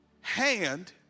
hand